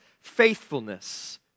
faithfulness